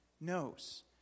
knows